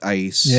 ice